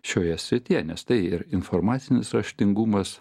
šioje srityje nes tai ir informacinis raštingumas